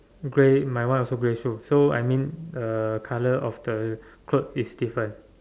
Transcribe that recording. grey my one also grey so so I mean uh colour of the cloth is different